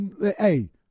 Hey